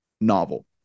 novel